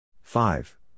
Five